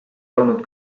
olnud